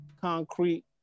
concrete